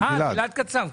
לגלעד קצב.